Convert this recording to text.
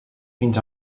fins